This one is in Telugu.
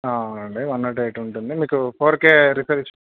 అవునండి వన్ నాట్ ఎయిట్ ఉంటుంది మీకు ఫోర్ కే రిఫ్రెష్